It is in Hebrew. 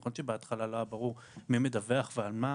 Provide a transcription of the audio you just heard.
נכון שבהתחלה לא היה ברור מי מדווח ועל מה.